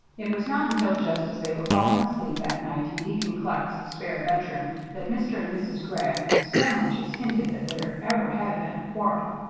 it was not until just as they were falling asleep that night in deacon clark's spare bedroom that mr. and mrs. gregg so much as hinted that there ever had been a quarrel.